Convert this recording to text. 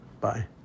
Bye